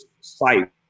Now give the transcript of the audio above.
site